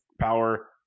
power